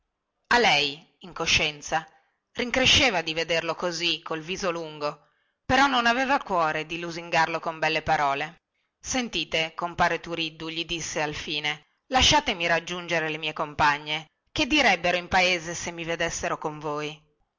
a lei in coscienza rincresceva di vederlo così col viso lungo però non aveva cuore di lusingarlo con belle parole sentite compare turiddu gli disse alfine lasciatemi raggiungere le mie compagne che direbbero in paese se mi vedessero con voi